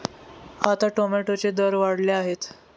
आता टोमॅटोचे दर वाढले आहेत